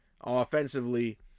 offensively